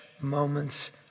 moments